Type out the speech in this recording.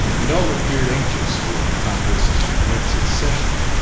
and all appeared anxious for the congress to commence its session,